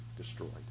destroyed